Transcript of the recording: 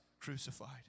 crucified